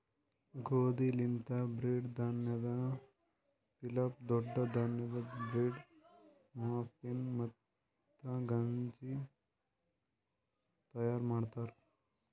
ಗೋದಿ ಲಿಂತ್ ಬ್ರೀಡ್, ಧಾನ್ಯದ್ ಪಿಲಾಫ್, ದೊಡ್ಡ ಧಾನ್ಯದ್ ಬ್ರೀಡ್, ಮಫಿನ್, ಮತ್ತ ಗಂಜಿ ತೈಯಾರ್ ಮಾಡ್ತಾರ್